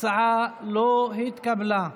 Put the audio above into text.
ההצעה לא התקבלה.